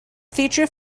feature